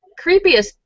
creepiest